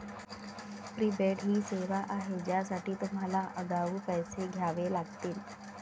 prepaid ही सेवा आहे ज्यासाठी तुम्हाला आगाऊ पैसे द्यावे लागतील